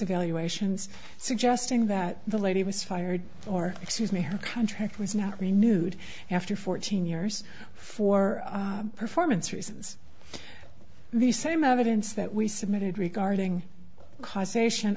you ations suggesting that the lady was fired or excuse me her contract was not renewed after fourteen years for performance reasons the same evidence that we submitted regarding causation